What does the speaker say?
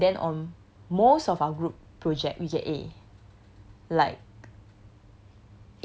and from then on most of our group project we get a like